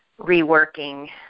reworking